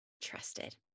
trusted